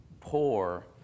poor